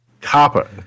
copper